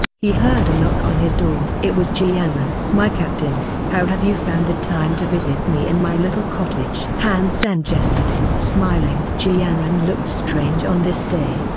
he heard a knock on his door. it was ji yanran. my captain, how have you found the time to visit me in my little cottage? han sen jested, smiling. ji yanran looked strange on this day,